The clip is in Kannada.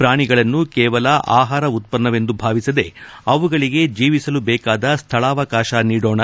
ಪ್ರಾಣಿಗಳನ್ನು ಕೇವಲ ಆಹಾರ ಉತ್ಪನ್ನವೆಂದು ಭಾವಿಸದೇ ಅವುಗಳಿಗೆ ಜೀವಿಸಲು ಬೇಕಾದ ಸ್ವಳಾವಕಾಶ ನೀಡೋಣ